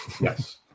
Yes